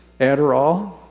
Adderall